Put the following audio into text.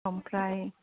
ओमफ्राय